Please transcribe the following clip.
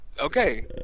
Okay